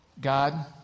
God